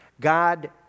God